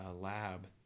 lab